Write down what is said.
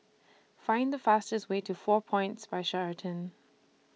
Find The fastest Way to four Points By Sheraton